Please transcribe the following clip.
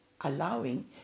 allowing